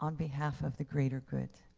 on behalf of the greater good.